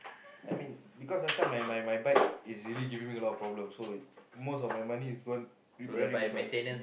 I mean because last time my my my bike is really giving me a lot of problem so it most of my money is gone repairing the bike